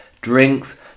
drinks